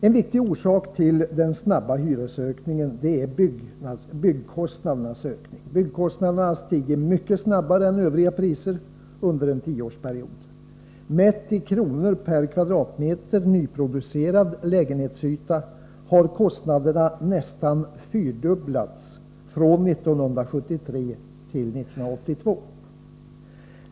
En viktig orsak till den snabba hyresökningen är byggkostnadernas ökning. Byggkostnaderna har stigit mycket snabbare än övriga priser under en tioårsperiod. Mätt i kronor per kvadratmeter nyproducerad lägenhetsyta har kostnaderna nästan fyrfaldigats från 1973 till 1982.